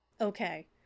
Okay